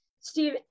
Steve